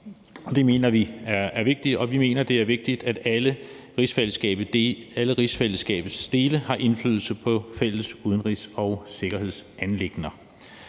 Det mener vi er vigtigt, og vi mener, det er vigtigt, at alle rigsfællesskabets dele har indflydelse på fælles udenrigs- og sikkerhedsanliggender.